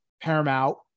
Paramount